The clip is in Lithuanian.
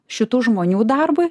šitų žmonių darbui